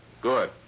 Good